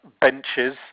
benches